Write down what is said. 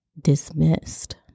dismissed